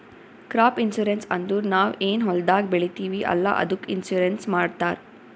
crop insurance ಅಂದುರ್ ನಾವ್ ಏನ್ ಹೊಲ್ದಾಗ್ ಬೆಳಿತೀವಿ ಅಲ್ಲಾ ಅದ್ದುಕ್ ಇನ್ಸೂರೆನ್ಸ್ ಮಾಡ್ತಾರ್